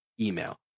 email